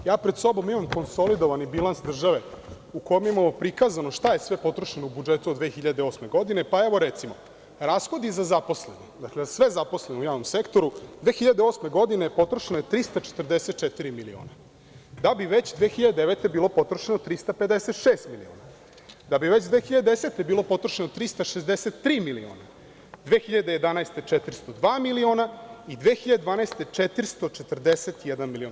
Ja pred sobom imam konsolidovani bilans države u kome imamo prikazano šta je sve potrošeno u budžetu od 2008. godine, pa evo recimo, rashodi za zaposlene, dakle za sve zaposlene u javnom sektoru, 2008. godine je potrošeno 344 miliona, da bi već 2009. godine bilo potrošeno 356 miliona, da bi već 2010. godine bilo potrošeno 363 miliona, 2011. godine 402 miliona, i 2012. godine 441 milion.